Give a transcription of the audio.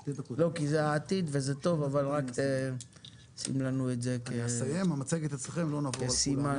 כי זה העתיד וזה טוב אבל רק שים לנו את זה כסימן לעתיד.